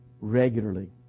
regularly